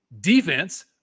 defense